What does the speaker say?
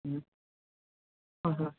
ꯎꯝ ꯍꯣꯏ ꯍꯣꯏ